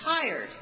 tired